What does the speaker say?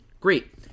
great